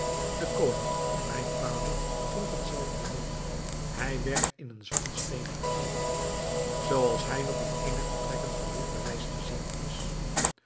den koning mijn vader trof hetzelfde lot hij werd in een zwarten steen veranderd zoo als hij nog in een der vertrekken van dit paleis te zien is